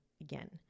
again